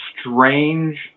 strange